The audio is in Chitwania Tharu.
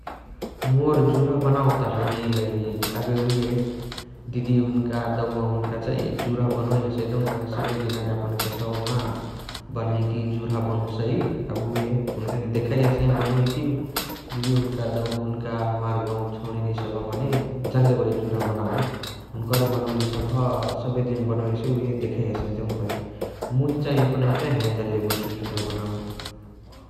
मोर जुर्हा बनावके त हैने एइलहि एबे उहे दिदिया हुनुका दौवा हुनुका चाही जुर्हा बनोइ हसइ । देउन कही सबे दिन यापन केसवमा बन्हइकी जुर्हा बन्होसइ । एबे उहे हुन्कहिके देखइ हसही बनोइकी । दिदिया हुनुका दौवा हुनुका हमार गउवाक छौणिनिया सबह मने जन्ले बणइ जुर्हा बनावे । हुन्करे बनोली सबह सबेदिन बनोइ हसइ उहे देखइ हसही देउन कही । मुही चाही एपनही चाही हैने जन्ले बणसु जुर्हा बनावे